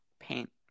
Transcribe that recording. paint